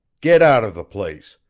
get out of the place!